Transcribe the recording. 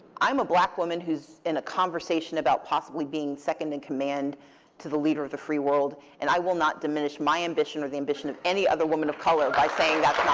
i'm a black woman who's in a conversation about possibly being second in command to the leader of the free world. and i will not diminish my ambition or the ambition of any other woman of color by saying that's